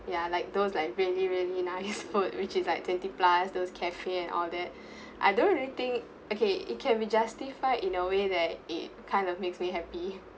ya like those like really really nice food which is like twenty plus those cafe and all that I don't really think okay it can be justified in a way that it kind of makes me happy